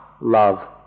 love